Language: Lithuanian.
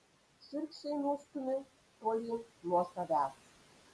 šiurkščiai nustumiu tolyn nuo savęs